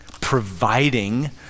providing